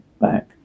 back